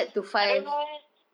I don't know eh